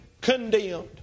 condemned